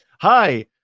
Hi